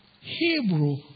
Hebrew